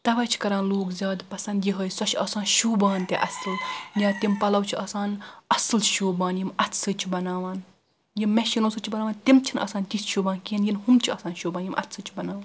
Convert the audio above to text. توے چھ کران لوکھ زیادٕ پسنٛد یہے سۄ چھ آسان شُوبان تہِ اصٕل یا تم پلو چھ آسان اصٕل شوبان یم اتھہٕ سۭتۍ چھ بناوان یم میشینو سۭتۍ چھ بناوان تم چھنہِ آسان تتتھ شوبان کیٚنٛہہ یتھۍ ہُم چھ آسان شوبان یم اتھہٕ سۭتۍ چھ بناوان